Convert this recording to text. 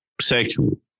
sexual